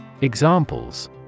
Examples